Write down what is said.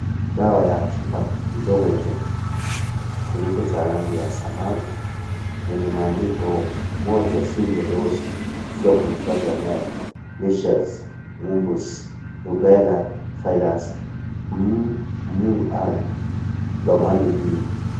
Dawa ya chupa kidogo chenye kifuniko cha rangi ya samawi yenye maandiko moja(cs)single-dose 0.5ml,Measles, Mumps Rubella virus(cs) MM R(cs) romani mbili.